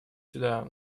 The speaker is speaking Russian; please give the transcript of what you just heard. сюда